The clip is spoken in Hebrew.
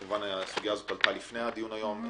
כמובן, הסוגיה הזו עלתה לפני הדיון היום.